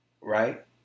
Right